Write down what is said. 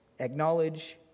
Acknowledge